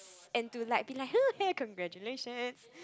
and to like be like hello congratulations